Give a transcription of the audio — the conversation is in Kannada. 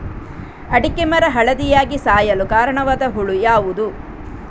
ಅಡಿಕೆ ಮರ ಹಳದಿಯಾಗಿ ಸಾಯಲು ಕಾರಣವಾದ ಹುಳು ಯಾವುದು?